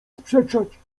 sprzeczać